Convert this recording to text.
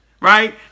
right